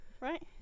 Right